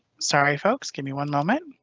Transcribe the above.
sorry folks give me one moment.